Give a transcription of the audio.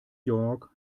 york